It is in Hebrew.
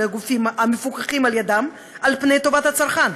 הגופים המפוקחים על ידם על טובת הצרכן.